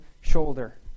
shoulder